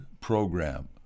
program